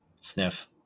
sniff